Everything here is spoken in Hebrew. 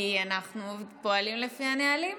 כי אנחנו פועלים לפי הנהלים.